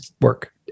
work